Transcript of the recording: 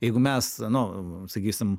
jeigu mes nu sakysim